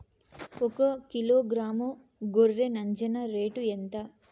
ఒకకిలో గ్రాము గొర్రె నంజర రేటు ఎంత?